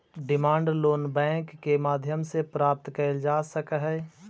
demand loan bank के माध्यम से प्राप्त कैल जा सकऽ हइ